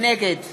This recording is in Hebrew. נגד